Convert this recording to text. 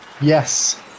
Yes